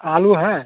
आलू है